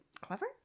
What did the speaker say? Clever